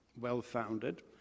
well-founded